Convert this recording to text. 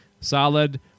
solid